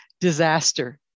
disaster